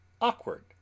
Awkward